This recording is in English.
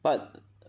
but